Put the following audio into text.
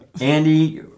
andy